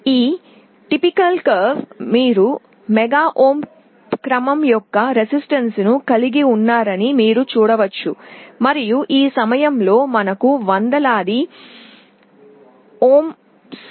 ఈ విలక్షణమైన వక్రంలో మీరు మెగా ఓం ల క్రమం యొక్క ప్రతిఘటనను కలిగి ఉన్నారని మీరు చూస్తారు మరియు ఈ సమయంలో మనకు వందలాది ఓంల క్రమం యొక్క ప్రతిఘటన ఉంది